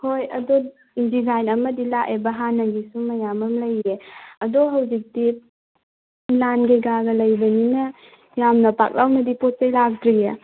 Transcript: ꯍꯣꯏ ꯑꯗꯨ ꯗꯤꯖꯥꯏꯟ ꯑꯃꯗꯤ ꯂꯥꯛꯑꯦꯕ ꯍꯥꯟꯅꯒꯤꯁꯨ ꯃꯌꯥꯝ ꯑꯃ ꯂꯩꯌꯦ ꯑꯗꯣ ꯍꯧꯖꯤꯛꯇꯤ ꯂꯥꯟ ꯀꯩꯀꯥꯒ ꯂꯩꯕꯅꯤꯅ ꯌꯥꯝꯅ ꯄꯥꯛ ꯂꯥꯎꯅꯗꯤ ꯄꯣꯠ ꯆꯩ ꯂꯥꯛꯇ꯭ꯔꯤꯌꯦ